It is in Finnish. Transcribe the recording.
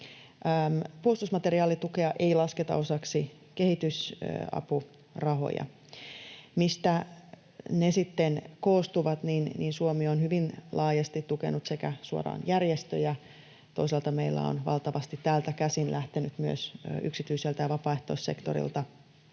Puolustusmateriaalitukea ei lasketa osaksi kehitysapurahoja. Mistä ne sitten koostuvat: Suomi on hyvin laajasti tukenut suoraan järjestöjä, ja toisaalta meiltä on valtavasti täältä käsin lähtenyt myös yksityiseltä ja vapaaehtoissektorilta